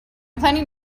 planning